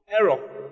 error